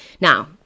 Now